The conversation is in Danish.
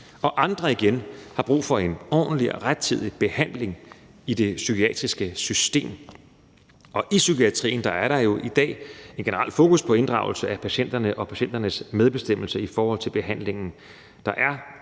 og andre igen har brug for en ordentlig og rettidig behandling i det psykiatriske system. I psykiatrien er der jo i dag et generelt fokus på inddragelse af patienterne og et fokus på patienternes medbestemmelse i forhold til behandlingen.